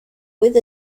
with